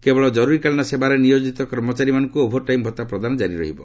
କେବଳ ଜର୍ତ୍ରିକାଳୀନ ସେବାରେ ନିୟୋଜିତ କର୍ମଚାରୀମାନଙ୍କୁ ଓଭରଟାଇମ୍ ଭତ୍ତା ପ୍ରଦାନ କାରି ରହିବ